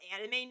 anime